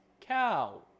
Cow